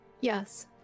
Yes